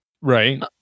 right